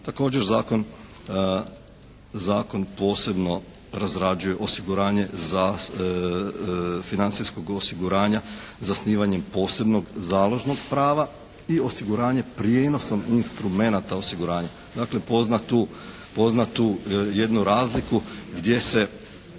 Također, zakon posebno razrađuje osiguranje za financijskog osiguranja zasnivanjem posebnog založnog prava i osiguranje prijenosom instrumenta osiguranja. Dakle, poznatu jednu razliku gdje se